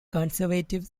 conservative